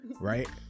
right